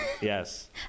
yes